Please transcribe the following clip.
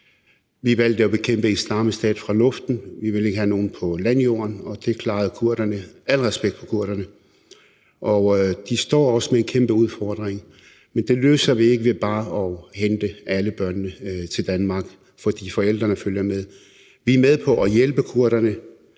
Vi valgte at bekæmpe Islamisk Stat fra luften, for vi ville ikke have nogen på landjorden, men det klarede kurderne, så al respekt for kurderne. De står også med en kæmpe udfordring, men det løser vi ikke ved bare at hente alle børnene til Danmark, for forældrene følger med. Vi er med på at hjælpe kurderne